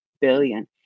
billion